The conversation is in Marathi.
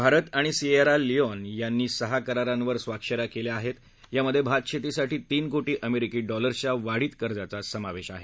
भारत आणि सियेरा लियोन यांनी सहा करारांवर स्वाक्ष या केल्या आहेत यामधे भात शेतीसाठी तीन कोटी अमेरिकी डॉलर्सच्या वाढीत कर्जाचा समावेश आहे